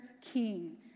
king